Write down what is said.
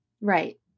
Right